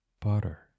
butter